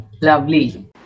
Lovely